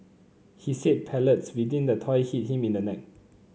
he said pellets within the toy hit him in the neck